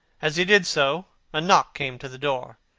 as he did so, a knock came to the door.